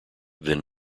than